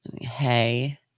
Hey